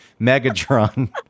Megatron